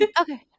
okay